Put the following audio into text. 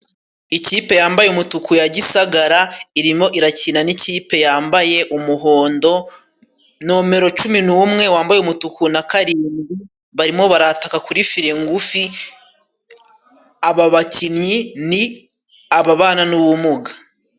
Ikipe yambaye umutuku ya Gisagara irimo irakina n'ikipe yambaye umuhondo, nomero cumi n'umwe wambaye umutuku na karindwi barimo barataka kuri firi ngufi, aba bakinnyi ni ababana n'ubumuga.